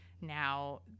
now